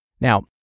Now